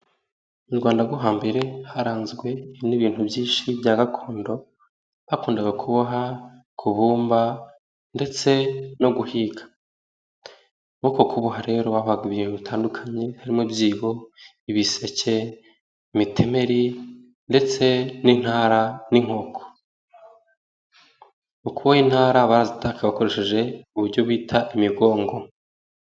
Mu Rwanda rwo hambere haranzwe n'ibintu byinshi bya gakondo. Hakundaga kuboha, kubumba ndetse no guhiga. Muri uko kuboha rero habaga ibintu bitandukanye. Harimo: ibyibo, ibiseke, imitemeri ndetse n'intara n'inkoko. Uko intara barazitakaga bakoresheje ibyo bita imigongo.